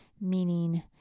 Meaning